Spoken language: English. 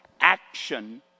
action